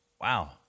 Wow